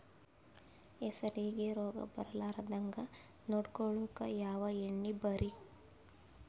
ಹೆಸರಿಗಿ ರೋಗ ಬರಲಾರದಂಗ ನೊಡಕೊಳುಕ ಯಾವ ಎಣ್ಣಿ ಭಾರಿ?